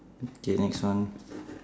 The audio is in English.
K next one